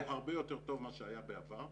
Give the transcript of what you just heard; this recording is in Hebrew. זה הרבה יותר טוב מאשר היה בעבר.